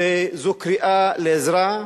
וזו קריאה לעזרה,